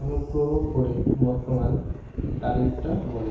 অনুগ্রহ করে বর্তমান তারিখটা বলো